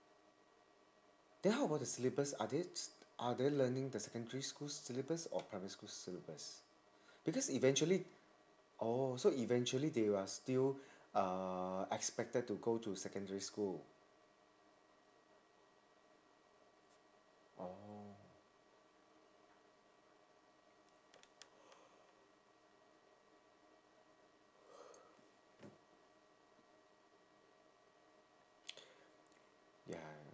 then how about the syllabus are they s~ are they learning the secondary school syllabus or primary school syllabus because eventually oh so eventually they are still uh expected to go to secondary school oh ya